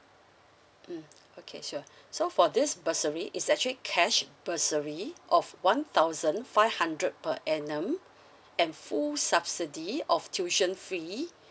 mm okay sure so for this bursary is actually cash bursary of one thousand five hundred per annum and full subsidy of tuition free